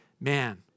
man